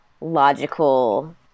logical